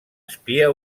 espia